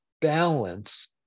balance